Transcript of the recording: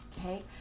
okay